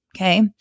Okay